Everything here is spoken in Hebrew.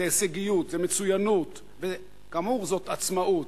זו הישגיות, זו מצוינות, וכאמור, זו עצמאות.